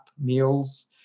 meals